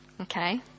okay